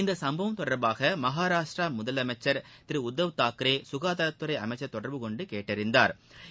இந்த சம்பவம் தொடர்பாக மகாராஷ்டிரா முதலமைச்சர் திரு உத்தவ் தூக்ரே சுகாதாரத்துறை அமைச்சரை தொடர்பு கொண்டு கேட்டறிந்தாா்